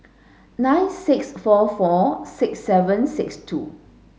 nine six four four six seven six two